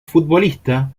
futbolista